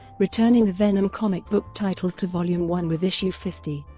returning the venom comic book title to volume one with issue fifty.